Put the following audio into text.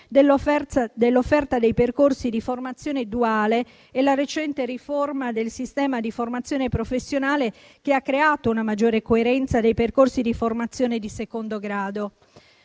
dell'offerta dei percorsi di formazione duale e la recente riforma del sistema di formazione professionale, che ha creato una maggiore coerenza dei percorsi di formazione di secondo grado.